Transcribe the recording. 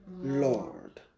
Lord